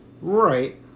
Right